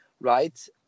right